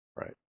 Right